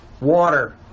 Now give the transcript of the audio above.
water